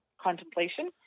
contemplation